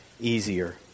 easier